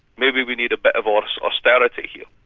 maybe we need a bit of um austerity here.